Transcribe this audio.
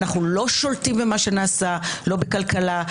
אנחנו לא שולטים במה שנעשה - לא בכלכלה,